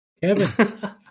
Kevin